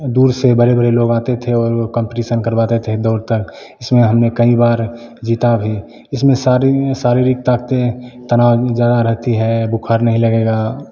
दूर से बड़े बड़े लोग आते थे और कम्पटीशन करवाते थे दौड़कर जिसमें हमने कई बार जीता भी इसमें शारीरि शारीरिक ताकतें तनाव ज़्यादा रहती है बुखार नहीं लगेगा